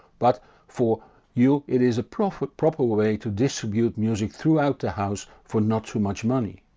but for you it is a proper proper way to distribute music throughout the house for not too much money.